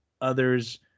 others